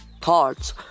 thoughts